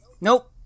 Nope